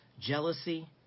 jealousy